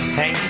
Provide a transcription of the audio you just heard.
hey